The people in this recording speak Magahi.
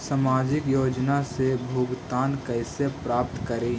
सामाजिक योजना से भुगतान कैसे प्राप्त करी?